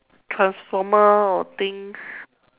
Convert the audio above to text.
transformer or things